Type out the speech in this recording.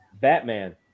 Batman